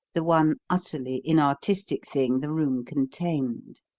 the one utterly inartistic thing the room contained.